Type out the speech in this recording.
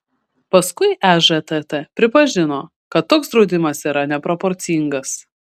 paskui ežtt pripažino kad toks draudimas yra neproporcingas